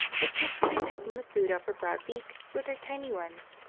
the chicks would be pecking the food off her broad beak with their tiny ones,